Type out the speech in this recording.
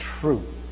true